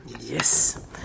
Yes